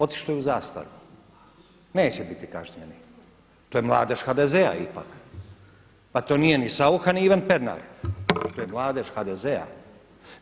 Otišli u zastaru, neće biti kažnjeni, to je mladež HDZ-a ipak, pa to nije ni Saucha ni Ivan Pernar, to je mladež HDZ-a.